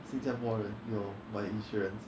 新加坡人有买 insurance